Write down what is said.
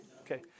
Okay